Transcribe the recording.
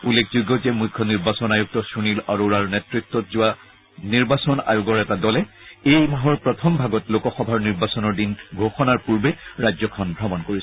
উল্লেখযোগ্য যে মুখ্য নিৰ্বাচন আয়ুক্ত সুনীল অৰোৰাৰ নেতৃত্বত যোৱা নিৰ্বাচন আয়োগৰ এটা দলে এই মাহৰ প্ৰথম ভাগত লোকসভাৰ নিৰ্বাচনৰ দিন ঘোষণাৰ পূৰ্বে ৰাজ্যখন ভ্ৰমণ কৰিছিল